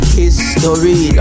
history